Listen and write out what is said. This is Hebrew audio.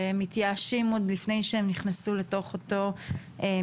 והם מתייאשים עוד לפני שהם נכנסו לתוך אותו מקצוע.